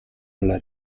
alla